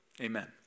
amen